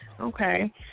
Okay